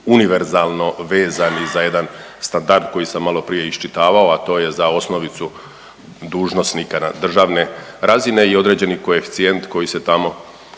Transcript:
univerzalno vezani za jedan standard koji sam maloprije iščitavao, a to je za osnovicu dužnosnika državne razine i određeni koeficijent koji se tamo